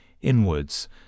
inwards